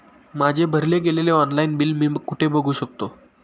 माझे भरले गेलेले ऑनलाईन बिल मी कुठे बघू शकतो?